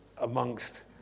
amongst